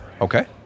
Okay